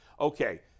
Okay